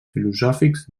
filosòfics